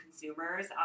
consumers